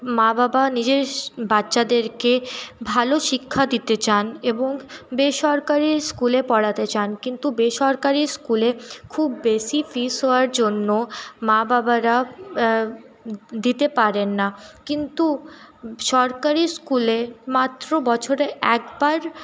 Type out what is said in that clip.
মা বাবা নিজের বাচ্চাদেরকে ভালো শিক্ষা দিতে চান এবং বেসরকারি স্কুলে পড়াতে চান কিন্তু বেসরকারি স্কুলে খুব বেশি ফিজ হওয়ার জন্য মা বাবারা দিতে পারেন না কিন্তু সরকারি স্কুলে মাত্র বছরে একবার